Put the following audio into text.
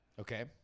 Okay